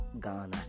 Ghana